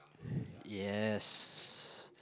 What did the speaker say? yes